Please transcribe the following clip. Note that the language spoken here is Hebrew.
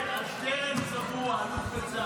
--- על צביעות, על שטרן, צבוע, אלוף בצה"ל.